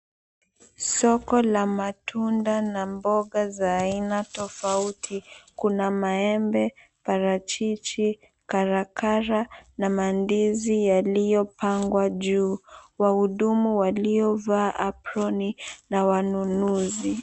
Soko la matunda na mboga za aina tofauti. Kuna maembe, parachichi, karakara na mandizi yaliyopangwa juu. Wahudumu waliovaa aproni na wanunuzi.